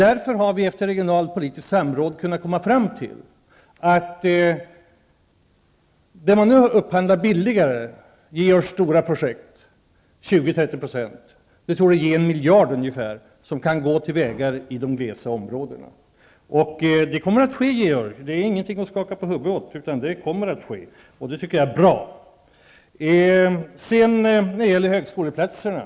Vi har efter regionalpolitiskt samråd kunnat komma fram till att den billigare upphandlingen, och det rör sig om stora projekt och om procenttal i storleksordningen 20--30 %, torde innebära att ungefär 1 miljard kan avsättas för vägar i glest befolkade områden. Detta kommer också att ske -- det finns ingen anldening att skaka på huvudet, Georg Andersson -- och det tycker jag är bra. Så några ord om högskoleplatserna.